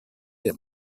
him